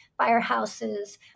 firehouses